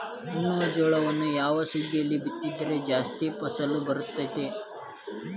ಉಣ್ಣುವ ಜೋಳವನ್ನು ಯಾವ ಸುಗ್ಗಿಯಲ್ಲಿ ಬಿತ್ತಿದರೆ ಜಾಸ್ತಿ ಫಸಲು ಬರುತ್ತದೆ?